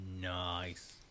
Nice